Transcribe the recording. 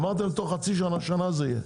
אמרתם שתוך חצי שנה או שנה זה יהיה,